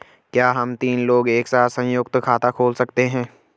क्या हम तीन लोग एक साथ सयुंक्त खाता खोल सकते हैं?